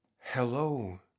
Hello